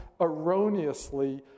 erroneously